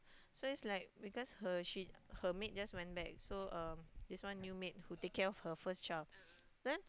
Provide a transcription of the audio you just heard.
so is like because her she her maid just went back so um this one new maid who take care of her first child then